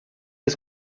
des